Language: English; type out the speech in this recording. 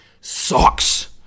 sucks